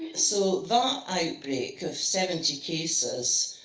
so that outbreak of seventy cases,